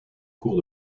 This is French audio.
cours